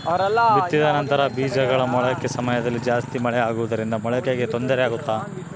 ಬಿತ್ತಿದ ನಂತರ ಬೇಜಗಳ ಮೊಳಕೆ ಸಮಯದಲ್ಲಿ ಜಾಸ್ತಿ ಮಳೆ ಆಗುವುದರಿಂದ ಮೊಳಕೆಗೆ ತೊಂದರೆ ಆಗುತ್ತಾ?